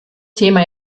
thema